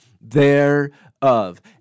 thereof